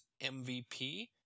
mvp